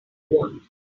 want